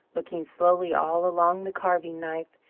looking slowly all along the carving knife,